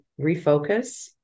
refocus